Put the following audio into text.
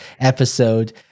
episode